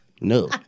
No